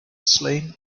slain